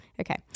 Okay